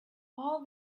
all